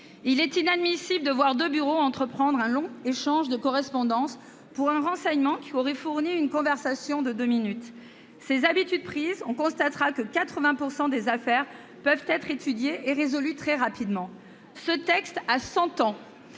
Il est inadmissible [...] de voir deux bureaux entreprendre un long échange de correspondance pour un renseignement qu'aurait fourni une conversation de deux minutes. »« Ces habitudes prises, on constatera que [...] 80 % des affaires peuvent être étudiées et résolues très rapidement. » Mes chers